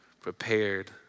prepared